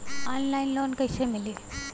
Online loan कइसे मिली?